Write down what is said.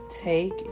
Take